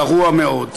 גרוע מאוד.